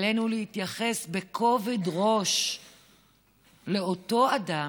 ועלינו להתייחס בכובד ראש לאותו אדם,